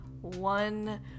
one